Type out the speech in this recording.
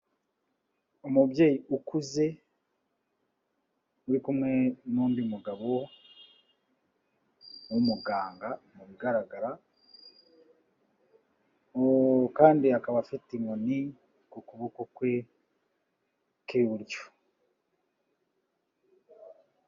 Umubyeyi ukuze uri kumwe n'undi mugabo w'umuganga mubigaragara kandi akaba afite inkoni ku kuboko kwe kw'iburyo.